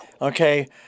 okay